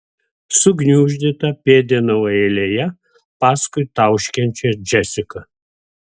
sugniuždyta pėdinau eilėje paskui tauškiančią džesiką